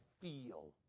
feel